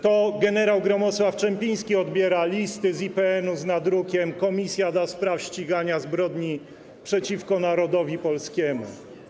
To gen. Gromosław Czempiński odbiera listy z IPN-u z nadrukiem „Komisja Ścigania Zbrodni przeciwko Narodowi Polskiemu”